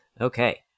Okay